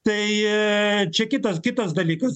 tai čia kitas kitas dalykas